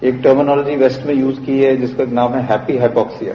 एक terminology west में use की है जिसका नाम है हैप्पी हैपोक्सिया